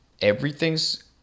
Everything's